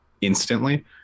instantly